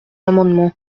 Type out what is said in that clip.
amendement